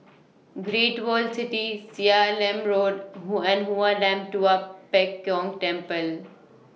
Great World City Seah Im Road Hoon and Hoon Lam Tua Pek Kong Temple